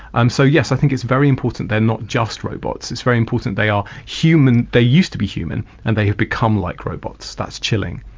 and so yes, i think it's very important they're not just robots. it's very important they are human they used to be human and they have become like robots. that's chilling.